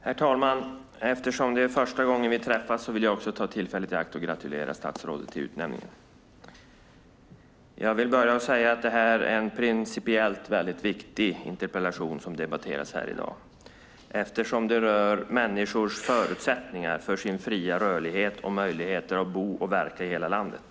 Herr talman! Eftersom det är första gången vi träffas vill också jag ta tillfället i akt och gratulera statsrådet till utnämningen. Det är en principiellt mycket viktig interpellation som debatteras här, eftersom det rör människors förutsättningar för fri rörlighet och möjligheter att bo och verka i hela landet.